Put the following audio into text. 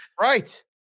Right